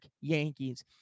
Yankees